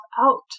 out